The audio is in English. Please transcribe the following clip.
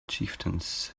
chieftains